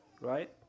Right